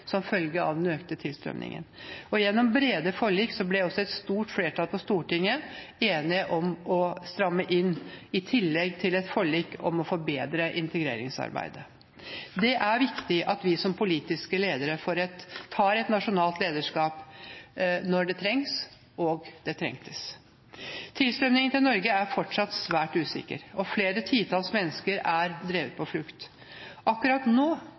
som følge av den økte tilstrømningen, og gjennom brede forlik ble også et stort flertall på Stortinget enig om å stramme inn, i tillegg til et forlik for å forbedre integreringsarbeidet. Det er viktig at vi som politiske ledere tar et nasjonalt lederskap når det trengs – og det trengtes. Tilstrømningen til Norge er fortsatt svært usikker. Flere titalls millioner mennesker er drevet på flukt. Akkurat nå